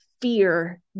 fear